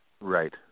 Right